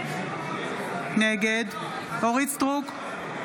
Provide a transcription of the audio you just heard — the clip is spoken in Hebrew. נגד אורית מלכה סטרוק,